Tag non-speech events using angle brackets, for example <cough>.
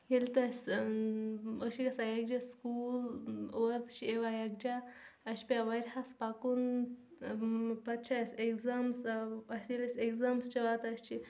ییٚلہِ تہٕ اَسہِ أسۍ چھِ گَژھان یَکجاہ سکوٗل اورٕ تہِ چھِ یِوان یَکجاہ اَسہ چھِ پٮ۪وان واریاہَس پَکُن پَتہٕ چھِ اَسہِ اٮ۪گزامٕز <unintelligible> آسہِ ییٚلہِ اَسہِ اٮ۪گزامٕز چھِ واتان أسۍ چھِ